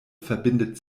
verbindet